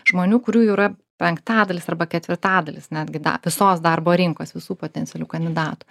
žmonių kurių jau yra penktadalis arba ketvirtadalis netgi visos darbo rinkos visų potencialių kandidatų